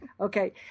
Okay